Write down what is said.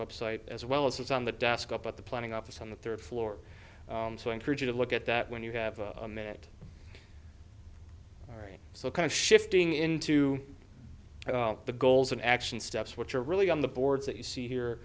website as well as what's on the desk up at the planning office on the third floor so i encourage you to look at that when you have a minute all right so kind of shifting into the goals and action steps which are really on the boards that you see here